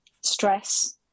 stress